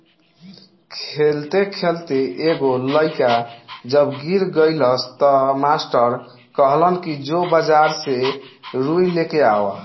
खेलते खेलते एगो लइका जब गिर गइलस त मास्टर कहलन कि जो बाजार से रुई लेके आवा